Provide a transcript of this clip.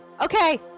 Okay